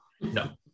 No